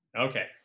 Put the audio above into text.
Okay